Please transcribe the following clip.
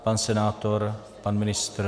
Pan senátor, pan ministr?